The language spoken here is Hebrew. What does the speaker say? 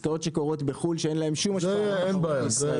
עסקאות שקורות בחו"ל שאין להם שום השפעה על התחרות בישראל.